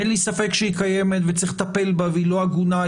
אין לי ספק שהיא קיימת וצריך לטפל בה והיא לא הגונה,